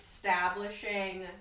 establishing